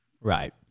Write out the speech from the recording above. right